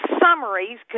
summaries